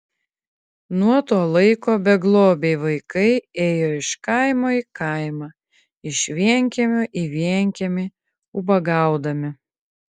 nuo to laiko beglobiai vaikai ėjo iš kaimo į kaimą iš vienkiemio į vienkiemį ubagaudami